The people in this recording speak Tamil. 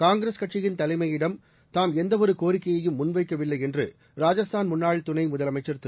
காங்கிரஸ் கட்சியின் தலைமையிடம் தாம் எந்தவொரு கோரிக்கையையும் முன்வைக்கவில்லை என்று ராஜஸ்தான் முன்னாள் துணை முதலமைச்சர் திரு